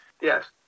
yes